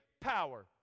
power